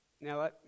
Now